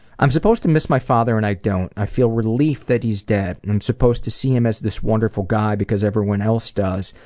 i'm supposed to miss my father and i don't. i feel relief that he's dead. and i'm supposed to see him as this wonderful guy because everyone else does,